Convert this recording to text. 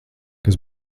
kas